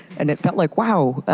and it felt like wow.